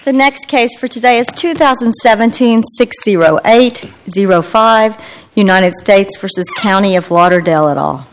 the next case for today is two thousand and seventeen sixty eight zero five united states versus the county of lauderdale it all